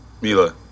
Mila